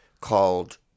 called